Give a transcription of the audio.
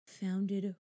Founded